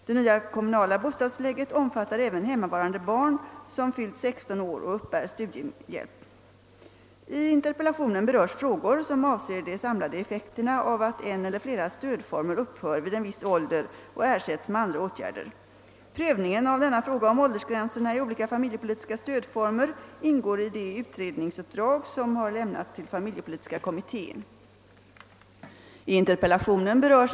Det nya kommunala bostadstillägget omfattar även hemmavarande barn som fyllt 16 år och uppbär studiehjälp. I interpellationen berörs frågor som avser de samlade effekterna av att en eller flera stödformer upphör vid en viss ålder och ersätts med andra åtgärder. Prövningen av denna fråga om åldersgränserna i olika familjepolitiska stödformer ingår i de utredningsuppdrag som har lämnats åt familjepolitiska kommittén.